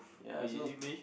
ya so